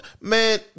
Man